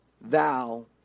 thou